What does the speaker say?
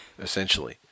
essentially